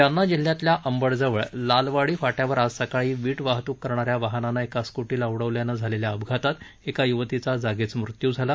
जालना जिल्ह्यातल्या अंबडजवळ लालवाडी फाट्यावर आज सकाळी वीट वाहतूक करणाऱ्या वाहनानं एका स्कूटीला उडवल्यानं झालेल्या अपघातात एका युवतीचा जागीच मृत्यू झाला